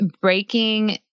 breaking